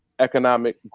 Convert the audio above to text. Economic